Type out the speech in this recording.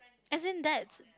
as in that's